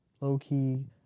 Low-key